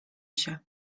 się